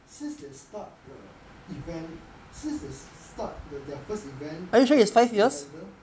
since the start the event since they start the their first event at november